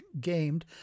gamed